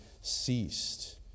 ceased